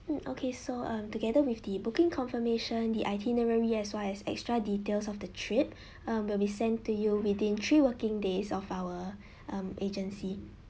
mm okay so um together with the booking confirmation the itinerary as well as extra details of the trip um will be sent to you within three working days of our um agency